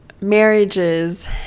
marriages